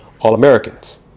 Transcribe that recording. All-Americans